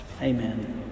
Amen